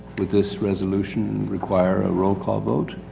will this resolution require a role call vote?